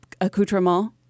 accoutrement